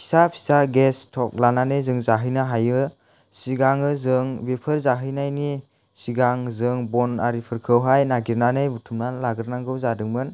फिसा फिसा gas stove लानानै जों जाहैनो हायो सिगाङो जों बेफोर जाहैनायनि सिगां जों बन आरिफोरखौहाय नागिरनानै बुथुमनानै लाग्रोनांगौ जादोंमोन